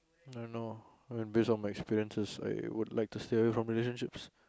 I don't know based on my experiences I would like to stay away from relationship